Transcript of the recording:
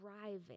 driving